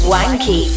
Wanky